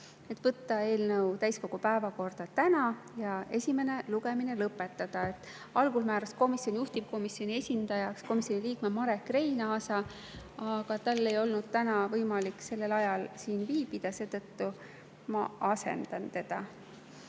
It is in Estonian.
võtta eelnõu täna täiskogu päevakorda ja esimene lugemine lõpetada. Algul määras komisjon juhtivkomisjoni esindajaks komisjoni liikme Marek Reinaasa, aga tal ei olnud täna võimalik sel ajal siin viibida, seetõttu ma asendan teda.